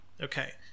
okay